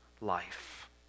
life